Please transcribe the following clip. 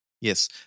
Yes